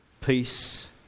peace